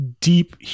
deep